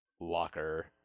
locker